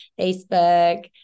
Facebook